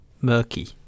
murky